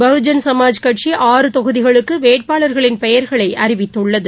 பகுஜன் சமாஜ் கட்சில் தொகுதிகளுக்குவேட்பாளர்களின் பெயர்களைஅறிவித்துள்ளது